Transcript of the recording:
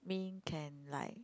mean can like